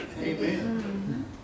Amen